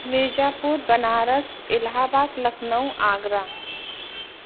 Mirzapur Banaras Allahabad Lucknow Agra